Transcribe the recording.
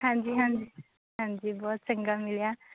ਹਾਂਜੀ ਹਾਂਜੀ ਹਾਂਜੀ ਬਹੁਤ ਚੰਗਾ ਮਿਲਿਆ